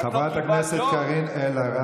חברת הכנסת מירב כהן, תודה.